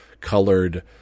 colored